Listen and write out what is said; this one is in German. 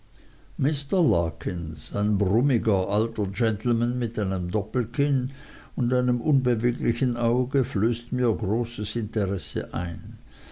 ein brummiger alter gentleman mit einem doppelkinn und einem unbeweglichen auge flößt mir großes interesse ein